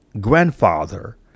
grandfather